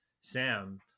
Sam